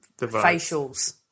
facials